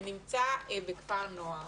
שנמצא בכפר נוער.